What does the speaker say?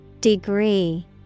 degree